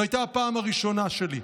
זו הייתה הפעם הראשונה שלי.